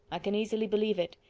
i can easily believe it.